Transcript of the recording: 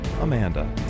Amanda